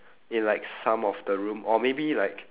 in like some of the room or maybe like